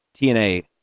TNA